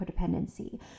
codependency